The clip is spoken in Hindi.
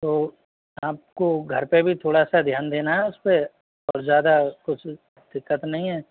तो आपको घर पर भी थोड़ा सा ध्यान देना है उसपर और ज़्यादा कुछ दिक्कत नहीं है